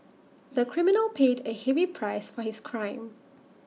the criminal paid A heavy price for his crime